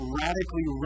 radically